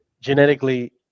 genetically